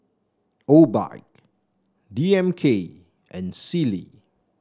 Obike D M K and Sealy